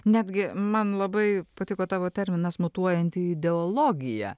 netgi man labai patiko tavo terminas mutuojanti ideologija